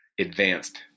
advanced